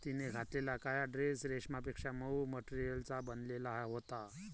तिने घातलेला काळा ड्रेस रेशमापेक्षा मऊ मटेरियलचा बनलेला होता